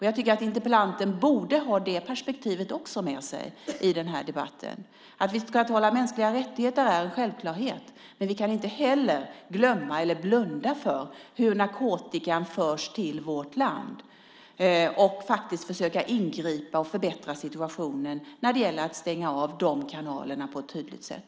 Jag tycker att interpellanten borde ha också det perspektivet med sig i den här debatten. Att vi ska upprätthålla mänskliga rättigheter är en självklarhet, men vi kan inte heller glömma eller blunda för hur narkotikan förs till vårt land. Vi ska försöka ingripa och förbättra situationen när det gäller att stänga av de kanalerna på ett tydligt sätt.